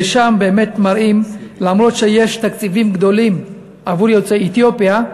שם מראים שלמרות שיש תקציבים גדולים עבור יוצאי אתיופיה,